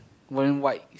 wearing white